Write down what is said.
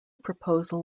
proposal